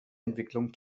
entwicklung